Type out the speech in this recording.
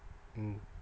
mm